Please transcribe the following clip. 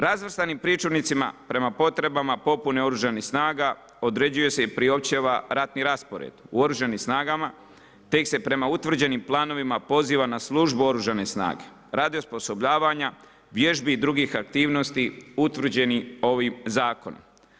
Razvrstani pričuvnicima prema potrebama popune oružanih snaga, određuje se i priopćava ratni raspored u oružanim snagama, tek se prema utvrđenim planovima poziva na službu oružane snage, radi osposobljavanja, vježbi i drugih aktivnosti utvrđeni ovim zakonom.